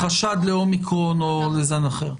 חשד לאומיקרון או לזן אחר.